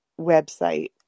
website